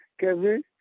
Kevin